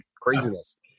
craziness